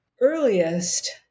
earliest